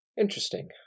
Interesting